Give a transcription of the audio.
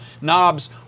knobs